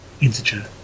integer